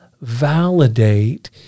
validate